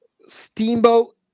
Steamboat